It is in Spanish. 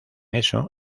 eso